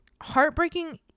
heartbreaking